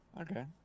Okay